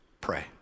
Pray